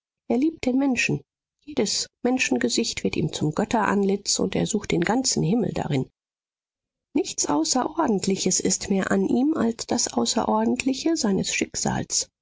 er liebt den menschen jedes menschengesicht wird ihm zum götterantlitz und er sucht den ganzen himmel darin nichts außerordentliches ist mehr an ihm als das außerordentliche seines schicksals